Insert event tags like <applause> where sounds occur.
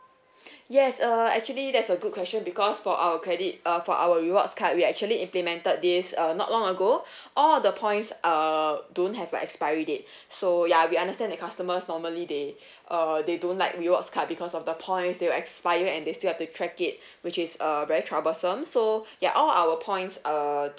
<breath> yes uh actually that's a good question because for our credit uh for our rewards card we actually implemented this uh not long ago <breath> all of the points are don't have the expiry date <breath> so ya we understand that customers normally they uh they don't like rewards card because of the points they will expire and they still have to track it which is uh very troublesome so yup all our points uh